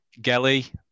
gelly